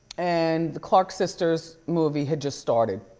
and the clark sisters movie had just started,